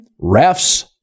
refs